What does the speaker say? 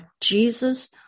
Jesus